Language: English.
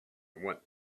want